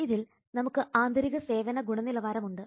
ഇതിൽ നമുക്ക് ആന്തരിക സേവന ഗുണനിലവാരം ഉണ്ട്